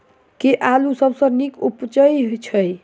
केँ आलु सबसँ नीक उबजय छै?